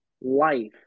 life